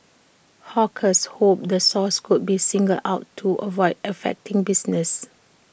hawkers hoped the source could be singled out to avoid affecting business